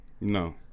No